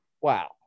Wow